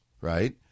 right